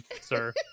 sir